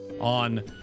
on